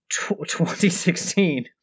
2016